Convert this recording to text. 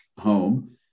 home